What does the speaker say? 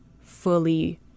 fully